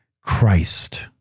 Christ